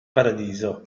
paradiso